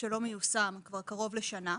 שלא מיושם כבר קרוב לשנה,